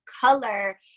color